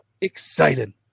excited